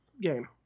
game